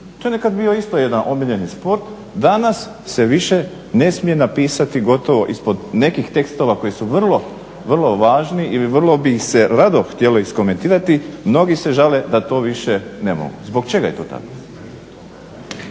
To je nekad bio isto jedan omiljeni sport. Danas se više ne smije napisati gotovo ispod nekih tekstova koji su vrlo, vrlo važni ili vrlo bi ih se rado htjelo iskomentirati. Mnogi se žale da to više ne mogu. Zbog čega je to tako?